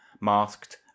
masked